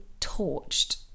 torched